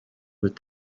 with